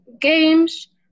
games